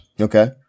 Okay